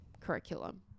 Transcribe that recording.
curriculum